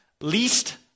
least